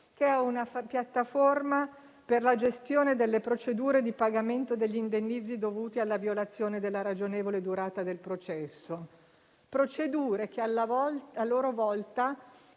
che è una piattaforma per la gestione delle procedure di pagamento degli indennizzi dovuti alla violazione della ragionevole durata del processo. Si tratta di procedure che, a loro volta,